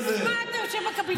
מתוקף מה אתה יושב בקבינט?